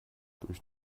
durch